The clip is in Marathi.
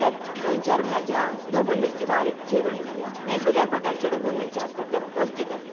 त्यात दोनचार भाज्या ढबू मिरची बारीक चिरून घाला वेगवेगळ्या प्रकारच्या ढबू मिरच्या असतात त्या पौष्टिक असतात